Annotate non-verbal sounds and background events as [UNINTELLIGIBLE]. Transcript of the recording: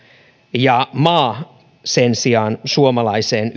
ja maa sen sijaan suomalaiseen [UNINTELLIGIBLE]